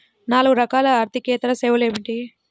నాలుగు రకాల ఆర్థికేతర సేవలు ఏమిటీ?